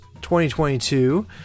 2022